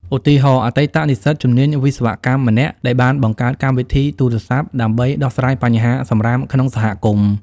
ឧទាហរណ៍ អតីតនិស្សិតជំនាញវិស្វកម្មម្នាក់ដែលបានបង្កើតកម្មវិធីទូរស័ព្ទដើម្បីដោះស្រាយបញ្ហាសំរាមក្នុងសហគមន៍។